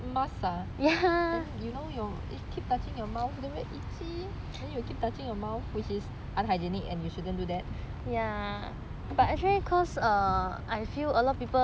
mask ah then you know you keep touching your mouth then very itchy then you will keep touching your mouth which is unhygienic and you shouldn't do that